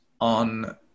on